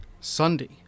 sunday